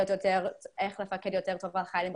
התגייסתי לפני שנה וחצי,